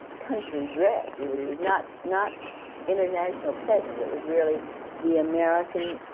country dress, and which was not not international peasant it was really the american